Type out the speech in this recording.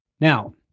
Now